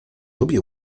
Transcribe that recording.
lubi